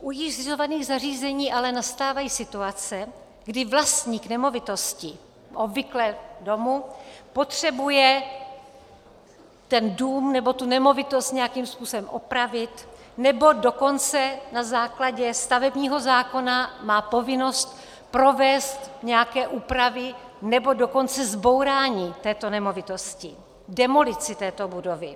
U již zřízených zařízení ale nastávají situace, kdy vlastník nemovitosti, obvykle domu, potřebuje dům nebo nemovitost nějakým způsobem opravit, nebo dokonce na základě stavebního zákona má povinnost provést nějaké úpravy, nebo dokonce zbourání této nemovitosti, demolici této budovy.